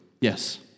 Yes